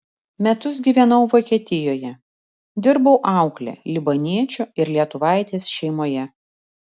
metus gyvenau vokietijoje dirbau aukle libaniečio ir lietuvaitės šeimoje